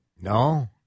No